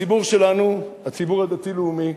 בציבור שלנו, הציבור הדתי-לאומי,